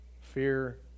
Fear